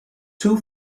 two